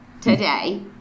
today